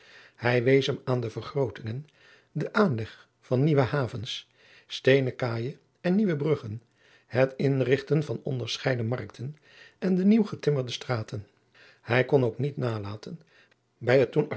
hij wees hem aan de vergrootingen den aanleg van nieuwe havens steenen kaaijen en nieuwe bruggen het inrigten van onderscheiden markten en de nieuw getimmerde straten hij kon ook niet nalaten bij